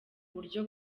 buryo